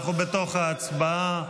אנחנו בתוך ההצבעה.